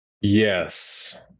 Yes